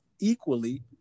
equally